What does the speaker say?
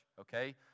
okay